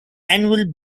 annual